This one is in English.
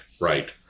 right